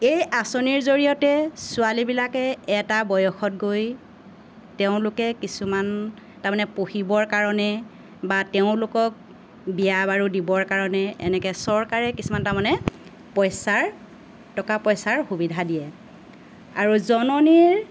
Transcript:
এই আঁচনিৰ জৰিয়তে ছোৱালীবিলাকে এটা বয়সত গৈ তেওঁলোকে কিছুমান তাৰমানে পঢ়িবৰ কাৰণে বা তেওঁলোকক বিয়া বাৰু দিবৰ কাৰণে এনেকে চৰকাৰে কিছুমান তাৰমানে পইচাৰ টকা পইচাৰ সুবিধা দিয়ে আৰু জননীৰ